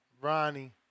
Ronnie